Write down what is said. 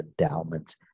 endowments